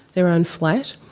their own flat,